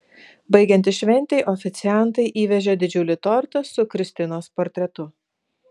baigiantis šventei oficiantai įvežė didžiulį tortą su kristinos portretu